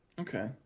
Okay